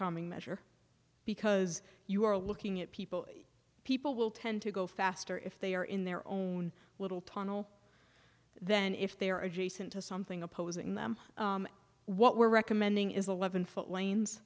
calming measure because you are looking at people people will tend to go faster if they are in their own little tunnel then if they are adjacent to something opposing them what we're recommending is a love and foot lanes